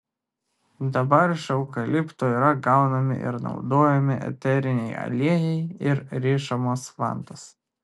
dabar iš eukalipto yra gaunami ir naudojami eteriniai aliejai ir rišamos vantos